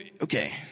okay